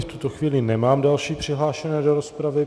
V tuto chvíli nemám další přihlášené do rozpravy.